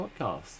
podcast